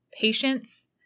patience